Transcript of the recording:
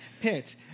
Pitt